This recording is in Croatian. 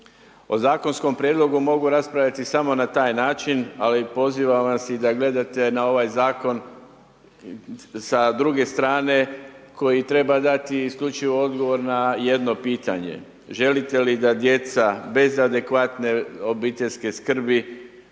O zakonskom prijedlogu mogu raspravljati samo na taj način ali pozivam vas i da gledate na ovaj zakon sa druge strane koji treba dati isključivo odgovor na jedno pitanje, želite li da djeca bez adekvatne obiteljske skrbi